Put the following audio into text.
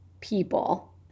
people